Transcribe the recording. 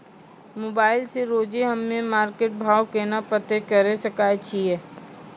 Mobile से रोजे हम्मे मार्केट भाव केना पता करे सकय छियै?